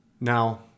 Now